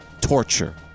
torture